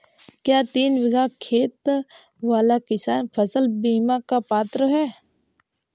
क्या तीन बीघा खेत वाला किसान फसल बीमा का पात्र हैं?